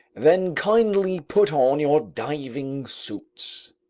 then kindly put on your diving suits.